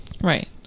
right